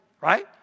Right